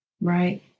Right